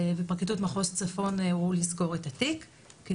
בפרקליטות מחוז צפון הורו לסגור את התיק.